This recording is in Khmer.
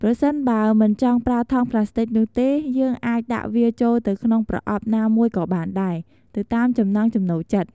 ប្រសិនបើ មិនចង់ប្រើថង់ប្លាស្ទិចនោះទេ យើងអាចដាក់វាចូលទៅក្នុងប្រអប់ណាមួយក៏បានដែរ ទៅតាមចំណង់ចំណូលចិត្ត។